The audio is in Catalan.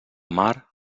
mar